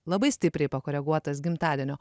labai stipriai pakoreguotas gimtadienio